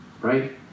Right